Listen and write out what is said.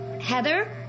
heather